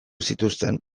zituzten